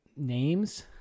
names